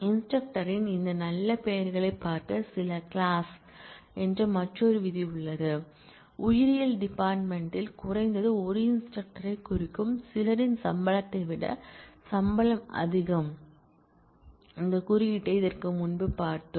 இன்ஸ்டிரக்டரின் இந்த நல்ல பெயர்களைப் பார்க்க சில கிளாஸ் என்று மற்றொரு விதி உள்ளது உயிரியல் டிபார்ட்மென்ட் யில் குறைந்தது ஒரு இன்ஸ்டிரக்டரைக் குறிக்கும் சிலரின் சம்பளத்தை விட சம்பளம் அதிகம் இந்த குறியீட்டை இதற்கு முன்பு பார்த்தோம்